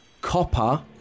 Copper